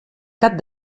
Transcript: cap